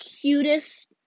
cutest